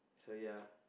sorry ah